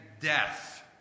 death